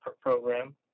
Program